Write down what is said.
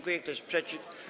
Kto jest przeciw?